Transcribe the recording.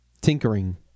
tinkering